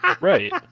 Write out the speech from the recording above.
right